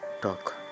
talk